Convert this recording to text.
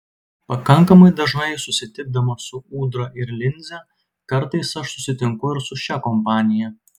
pakankamai dažnai susitikdamas su ūdra ir linze kartais aš susitinku ir su šia kompanija